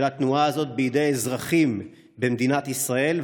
התנועה הזאת בידי אזרחים במדינת ישראל,